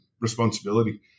responsibility